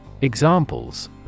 Examples